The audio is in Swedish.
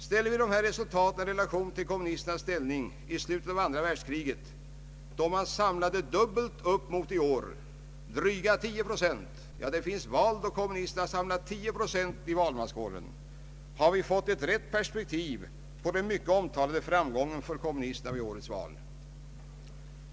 Ställer vi dessa resultat i relation till kommunisternas position i slutet av andra världskriget, då man samlade dubbelt upp mot i år — dryga 10 procent — har vi fått ett rätt perspektiv på den mycket omtalade framgången för kommunisterna vid årets val.